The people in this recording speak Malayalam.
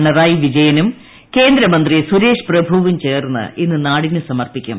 പിണറായി വിജയ്നും കേന്ദ്രമന്ത്രി സുരേഷ് പ്രഭുവും ചേർന്ന് ഇന്ന് നാട്ടിന് സമർപ്പിക്കും